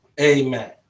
Amen